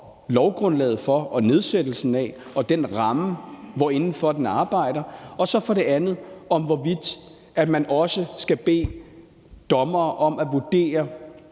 lovgrundlaget for og nedsættelsen af, og den ramme, den arbejder inden for. Så er det for det andet spørgsmålet om, hvorvidt man også skal bede dommere om at vurdere